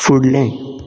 फुडलें